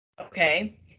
Okay